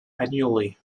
annually